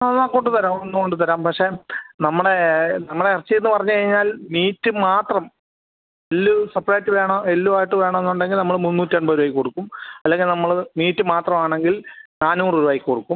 അത് കൊണ്ടുത്തരാം കൊണ്ടുത്തരാം പക്ഷേ നമ്മുടെ നമ്മളുടെ ഇറച്ചി എന്ന് പറഞ്ഞ് കഴിഞ്ഞാൽ മീറ്റ് മാത്രം എല്ല് സെപ്പറേറ്റ് വേണോ എല്ലുവായിട്ട് വേണമെന്നുണ്ടെങ്കിൽ നമ്മള് മുന്നൂറ്റി എൺപത് രൂപായ്ക്ക് കൊടുക്കും അല്ലെങ്കിൽ നമ്മള് മീറ്റ് മാത്രവാണെങ്കിൽ നാനൂറ് രൂപായ്ക്ക് കൊടുക്കും